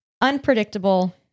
Unpredictable